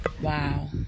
Wow